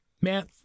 Man